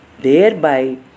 thereby